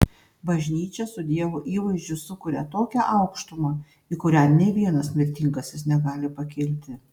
bažnyčia su dievo įvaizdžiu sukuria tokią aukštumą į kurią nė vienas mirtingasis negali pakilti